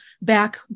back